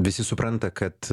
visi supranta kad